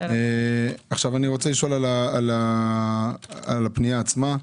אני רוצה לשאול על הפנייה עצמה.